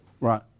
Right